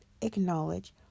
acknowledge